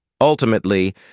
Ultimately